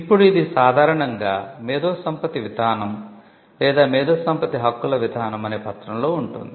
ఇప్పుడు ఇది సాధారణంగా మేధోసంపత్తి విధానం లేదా మేధోసంపత్తి హక్కుల విధానం అనే పత్రంలో ఉంటుంది